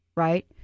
Right